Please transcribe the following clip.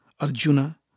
Arjuna